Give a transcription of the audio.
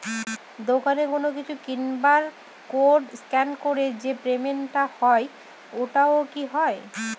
দোকানে কোনো কিছু কিনে বার কোড স্ক্যান করে যে পেমেন্ট টা হয় ওইটাও কি হয়?